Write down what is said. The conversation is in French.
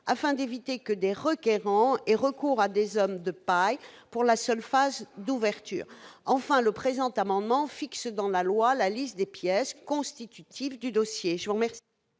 afin d'éviter que des requérants aient recours à des hommes de paille pour la seule phase d'ouverture. Enfin, le présent amendement vise à inscrire dans la loi la liste des pièces constitutives du dossier.